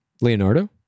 Leonardo